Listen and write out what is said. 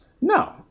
No